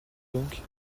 donc